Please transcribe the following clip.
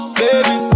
baby